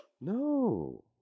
No